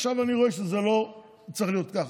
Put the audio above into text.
עכשיו אני רואה שזה לא צריך להיות ככה.